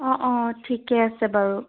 অঁ অঁ ঠিকে আছে বাৰু